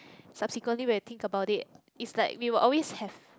subsequently when think about it's like we will always have